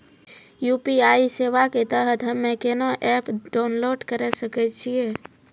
UPI सेवा के तहत हम्मे केना एप्प डाउनलोड करे सकय छियै?